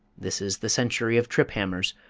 this is the century of trip hammers,